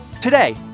Today